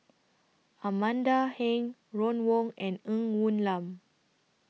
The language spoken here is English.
Amanda Heng Ron Wong and Ng Woon Lam